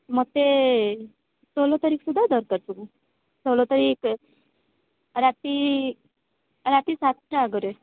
ମୋତେ ଷୋହଳ ତାରିଖ ସୁଦ୍ଧା ଦରକାର ସବୁ ଷୋହଳ ତାରିଖ ରାତି ରାତି ସାତଟା ଆଗରେ